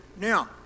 Now